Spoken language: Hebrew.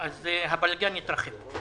אז הבלגן יתרחב.